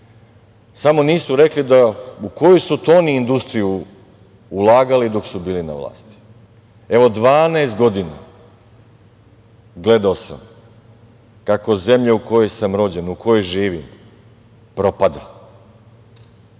samo nisu rekli u koju su oni to industriju ulagali dok su bili na vlasti. Evo, 12 godina gledao sam kako zemlja u kojoj sam rođen, u kojoj živim propada.